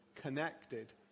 connected